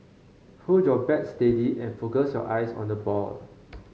hold your bat steady and focus your eyes on the ball